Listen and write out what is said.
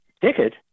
ticket